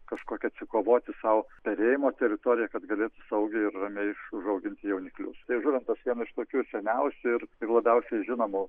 kažkokią atsikovoti sau perėjimo teritoriją kad galėtų saugiaiir ramiai užauginti jauniklius tai žuvintas vienas iš tokių seniausių ir ir labiausiai žinomų